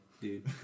Dude